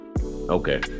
Okay